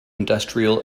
industrial